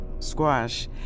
squash